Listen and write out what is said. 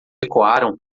ecoaram